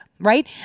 Right